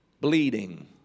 bleeding